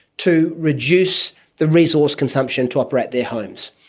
to reduce the resource consumption to operate their homes.